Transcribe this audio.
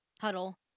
huddle